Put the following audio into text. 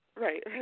right